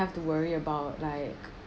have to worry about like